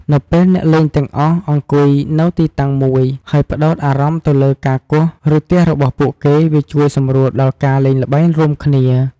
នៅពេលអ្នកលេងទាំងអស់អង្គុយនៅទីតាំងមួយ ហើយផ្ដោតអារម្មណ៍ទៅលើការគោះ ឬទះរបស់ពួកគេ វាជួយសម្រួលដល់ការលេងល្បែងរួមគ្នា។